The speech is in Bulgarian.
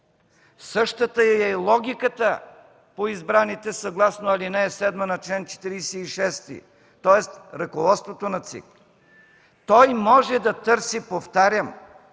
Същата е логиката по избраните, съгласно ал. 7 на чл. 46, тоест ръководството на ЦИК. Той може да търси, повтарям,